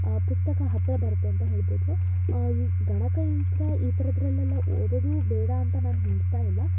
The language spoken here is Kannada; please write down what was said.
ಪುಸ್ತಕ ಹತ್ತಿರ ಬರುತ್ತೆ ಅಂತ ಹೇಳ್ಬೋದು ಗಣಕಯಂತ್ರ ಈ ಥರದ್ರಲ್ಲೆಲ್ಲ ಓದೋದು ಬೇಡ ಅಂತ ನಾನು ಹೇಳ್ತಾ ಇಲ್ಲ